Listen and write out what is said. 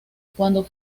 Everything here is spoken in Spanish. cuando